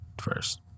first